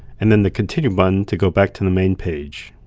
and then the continue button to go back to the main page.